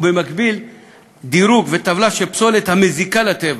ובמקביל דירוג וטבלה של פסולת המזיקה לטבע.